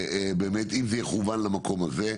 אם זה יכוון למקום הזה,